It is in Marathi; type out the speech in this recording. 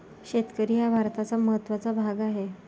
शेतकरी हा भारताचा महत्त्वाचा भाग आहे